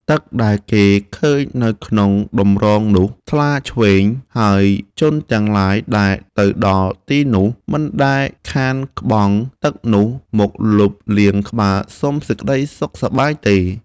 ទឹកដែលគេឃើញនៅក្នុងតម្រងនោះ ថ្លាឆ្វេង ហើយជន់ទាំងឡាយដែលទៅដល់ទីនោះ មិនដែលខានក្បង់ ទឹកនោះ មកលុបលាងក្បាលសុំសេចក្តីសុខសប្បាយទេ ។